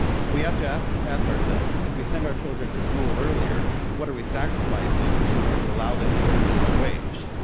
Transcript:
so we have to ask ask ourselves if we send our children to school earlier what are we sacrificing to allow them to earn minimum wage?